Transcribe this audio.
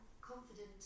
confident